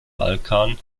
balkan